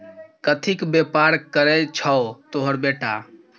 कथीक बेपार करय छौ तोहर बेटा?